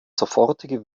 sofortige